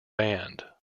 band